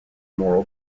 moral